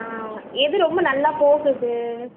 ஆ எது ரொம்ப நல்லா போகுது